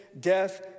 death